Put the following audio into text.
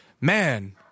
Man